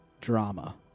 drama